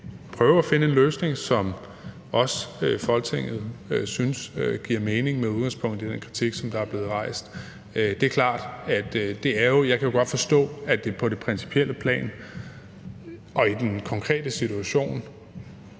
prøve at finde en løsning, som Folketinget synes giver mening med udgangspunkt i den kritik, som er blevet rejst. Jeg kan jo godt forstå, at det på det principielle plan og i den konkrete situation